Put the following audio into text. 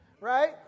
right